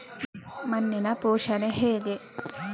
ಮಣ್ಣಿನ ಪೋಷಣೆ ಹೇಗೆ?